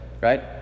Right